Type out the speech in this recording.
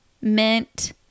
mint